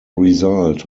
result